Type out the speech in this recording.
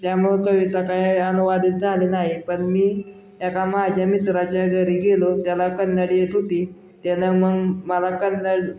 त्यामुळं कविता काय अनुवादित झाली नाही पण मी एका माझ्या मित्राच्या घरी गेलो त्याला कन्नड येत होती त्यानं मग मला कन्नड